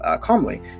calmly